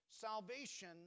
Salvation